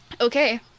Okay